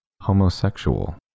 Homosexual